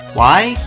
why?